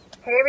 Hey